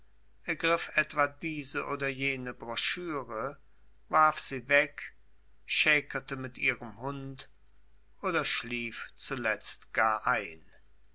ergriff etwa diese oder jene broschüre warf sie weg schäkerte mit ihrem hund oder schlief zuletzt gar ein